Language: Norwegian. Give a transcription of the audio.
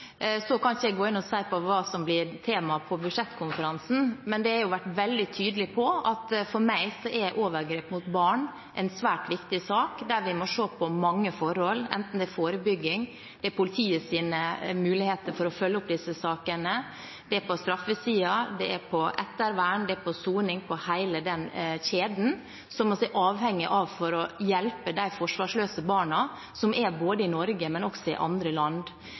Så kan ikke jeg si hva som blir tema på budsjettkonferansen, men jeg har vært veldig tydelig på at for meg er overgrep mot barn en svært viktig sak, der vi må se på mange forhold, enten det er forebygging, politiets muligheter for å følge opp disse sakene, straffesiden, ettervern og soning – hele den kjeden som vi er avhengig av for å hjelpe de forsvarsløse barna som er både i Norge og i andre land.